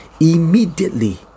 immediately